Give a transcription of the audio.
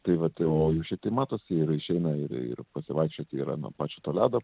tai vat o šiaip tai matos ir išeina ir ir pasivaikščioti ir nuo pačio to ledo